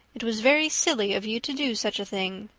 it was very silly of you to do such a thing.